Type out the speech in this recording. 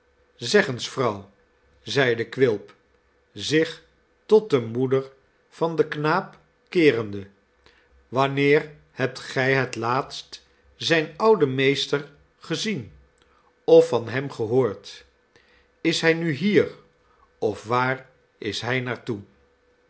zeg eens vrouw zeide quilp zich tot de moeder van den knaap keerende wanneer hebt gij het laatst zijn ouden meester gezien of van hem gehoord is hij nu hier of waar is hij